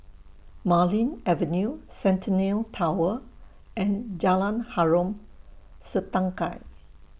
Marlene Avenue Centennial Tower and Jalan Harom Setangkai